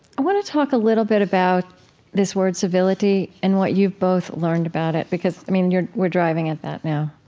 i want to talk a little bit about this word civility and what you've both learned about it because, i mean, we're driving at that now.